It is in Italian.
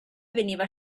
veniva